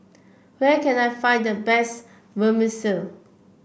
where can I find the best Vermicelli